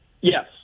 Yes